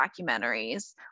documentaries